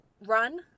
run